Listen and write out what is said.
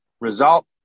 result